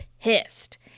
pissed